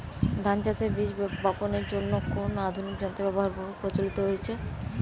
ধান চাষের বীজ বাপনের জন্য কোন আধুনিক যন্ত্রের ব্যাবহার বহু প্রচলিত হয়েছে?